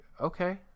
okay